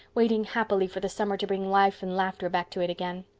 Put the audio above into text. waiting happily for the summer to bring life and laughter back to it again.